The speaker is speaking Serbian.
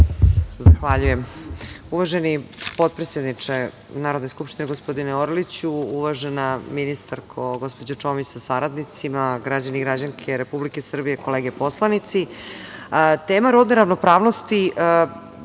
Zahvaljujem. Uvaženi potpredsedniče Narodne skupštine, gospodine Orliću, uvažena ministarko gospođo Čomić sa saradnicima, građani i građanke Republike Srbije, kolege poslanici, tema rodne ravnopravnosti,